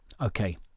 Okay